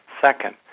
Second